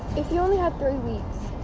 if you only had three weeks,